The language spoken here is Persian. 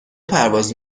پرواز